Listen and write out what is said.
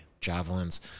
Javelins